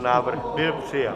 Návrh byl přijat.